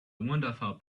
wonderful